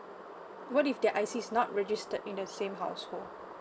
what if their I_C is not registered in the same household